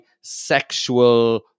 sexual